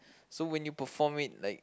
so when you perform it like